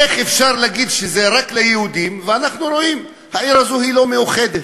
איך אפשר להגיד שזה רק ליהודים כשאנחנו רואים שהעיר הזו לא מאוחדת.